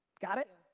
got it?